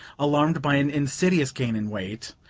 alarmed by an insidious gain in weight,